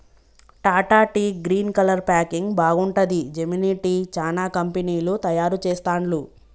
Tata tea green colour packing బాగుంటది, Gemini tea, చానా కంపెనీలు తయారు చెస్తాండ్లు